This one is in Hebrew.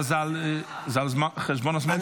אבל זה על חשבון הזמן שלך.